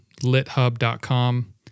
lithub.com